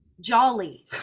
jolly